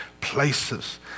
places